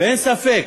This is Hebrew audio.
ואין ספק